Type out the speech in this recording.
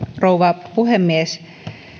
rouva puhemies